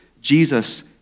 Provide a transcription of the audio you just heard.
Jesus